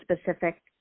specific